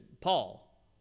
paul